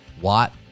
Watt